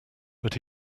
but